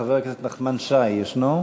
חבר הכנסת נחמן שי ישנו?